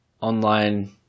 online